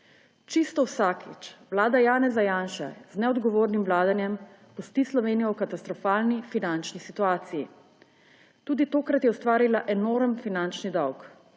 Čisto vsakič vlada Janeza Janše z neodgovornim vladanjem pusti Slovenijo v katastrofalni finančni situaciji. Tudi tokrat je ustvarila enormen finančni dolg.